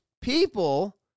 people